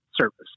service